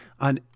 on